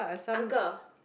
uncle